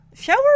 shower